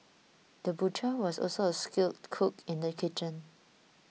the butcher was also a skilled cook in the kitchen